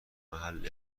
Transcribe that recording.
محل